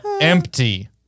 Empty